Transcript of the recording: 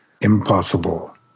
impossible